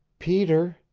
peter,